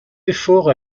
efforts